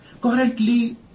currently